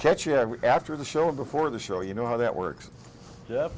catch it after the show before the show you know how that works